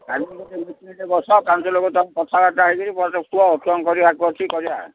କାଲିକି ଗୋଟେ ମିଟିଂଟେ ବସାଅ କାଲିକି ଲୋକ ତୁମେ କଥାବାର୍ତ୍ତା ହେଇକି କୁହ କ'ଣ କରିବାକୁ ଅଛି କରିବା